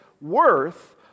worth